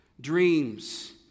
dreams